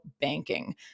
banking